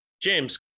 James